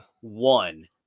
one